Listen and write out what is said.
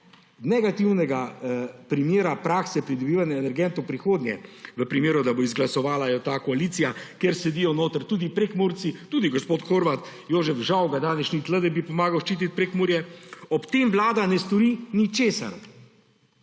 negativnega primera prakse pridobivanja energentov v prihodnje v primeru, da jo bo izglasovala ta koalicija, kjer sedijo notri tudi Prekmurci, tudi gospod Horvat Jožef, žal ga danes ni tukaj, da bi pomagal ščititi Prekmurje, ob tem Vlada ne stori ničesar.